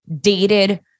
dated